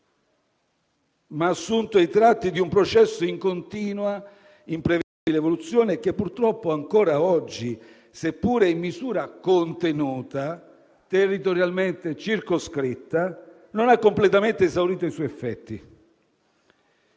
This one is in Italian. ha assunto i tratti di un processo in continua, imprevedibile evoluzione e che purtroppo ancora oggi, seppure in misura contenuta, territorialmente circoscritta, non ha completamente esaurito i suoi effetti.